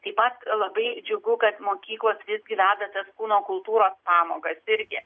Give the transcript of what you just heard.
taip pat labai džiugu kad mokyklos voisgi veda tas kūno kultūros pamokas irgi